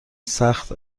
سخت